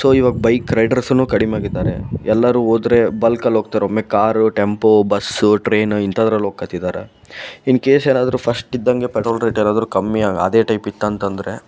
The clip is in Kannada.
ಸೊ ಇವಾಗ ಬೈಕ್ ರೈಡರ್ಸು ಕಡಿಮೆ ಆಗಿದ್ದಾರೆ ಎಲ್ಲರೂ ಹೋದ್ರೆ ಬಲ್ಕಲ್ಲಿ ಹೋಗ್ತಾರೆ ಒಮ್ಮೆ ಕಾರು ಟೆಂಪೋ ಬಸ್ಸು ಟ್ರೇನು ಇಂಥದ್ರಲ್ಲಿ ಹೋಕ್ಕತ್ತಿದಾರ ಇನ್ ಕೇಸ್ ಏನಾದ್ರೂ ಫಸ್ಟ್ ಇದ್ದಂಗೆ ಪೆಟ್ರೋಲ್ ರೇಟ್ ಏನಾದ್ರೂ ಕಮ್ಮಿ ಆಗಿ ಅದೇ ಟೈಪ್ ಇತ್ತಂತಂದರೆ